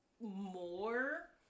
more